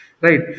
Right